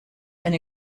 and